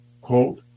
quote